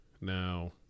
Now